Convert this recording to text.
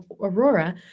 Aurora